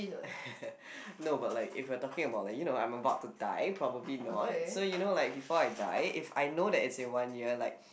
no but like if we're talking about like you know I'm about to die probably not so you know like before I die if I know that is a one year like